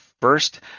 first